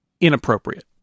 inappropriate